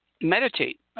Meditate